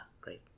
great